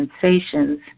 sensations